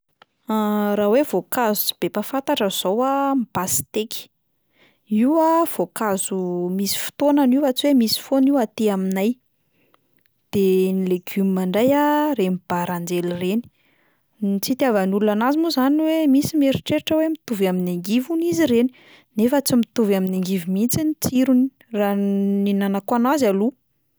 Raha hoe voankazo tsy be mpahafantatra zao a: ny pasteky, io a voankazo misy fotoanany io fa tsy hoe misy foana io aty aminay, de ny legioma indray a reny baranjely reny, ny tsy itiavan'ny olona anazy moa zany hoe misy mieritreritra hoe mitovy amin'ny angivy hono izy ireny, nefa tsy mitovy amin'ny angivy mihitsy ny tsirony, raha n- nihinanako anazy aloha.